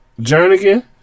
Jernigan